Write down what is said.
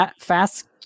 fast-